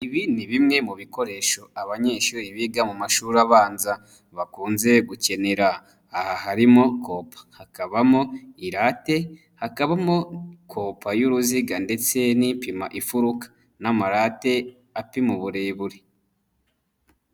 Ibi ni bimwe mu bikoresho abanyeshuri biga mu mashuri abanza bakunze gukenera, aha harimo kopa, hakabamo irate, hakabamo kopo y'uruziga ndetse n'ipima ifuruka n'amarate apima uburebure.